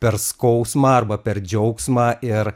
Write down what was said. per skausmą arba per džiaugsmą ir